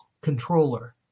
controller